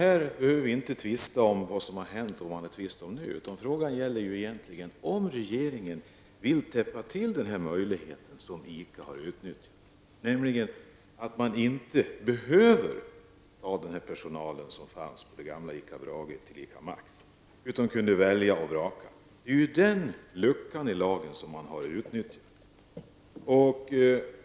Vi behöver inte tvista om vad som har hänt i detta fall, utan frågan gäller om regeringen vill täppa till den möjlighet som ICA har använt sig av -- att man inte behöver ta över personalen från den gamla butiken ICA Brage till ICA Max, utan kunde välja och vraka. Det är ju den luckan i lagen som man har utnyttjat!